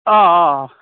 آ آ